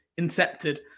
incepted